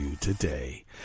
today